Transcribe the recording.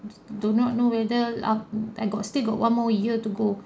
do not know whether up I got still got one more year to go